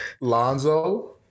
Lonzo